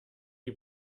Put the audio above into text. die